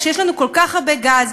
כשיש לנו כל כך הרבה גז,